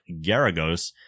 Garagos